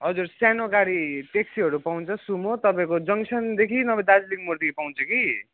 हजुर सानो गाडी ट्याक्सीहरू पाउँछ सुमो तपाईँको जङ्गसनदेखि नभए दार्जिलिङ मोडदेखि पाउँछ कि